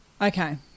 Okay